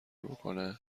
بکنه